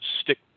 stick